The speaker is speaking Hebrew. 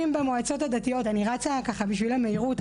אני רצה בשביל המהירות,